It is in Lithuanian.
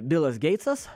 bilas geitsas